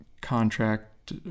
contract